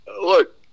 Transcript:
look